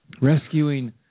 rescuing